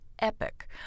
epic